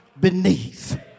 beneath